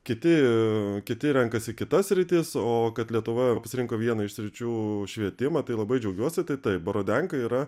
kiti kiti renkasi kitas sritis o kad lietuva pasirinko vieną iš sričių švietimą tai labai džiaugiuosi tai taip borodenka yra